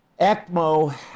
ECMO